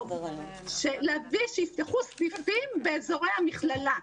שיפתחו סניפים באזור המכללה.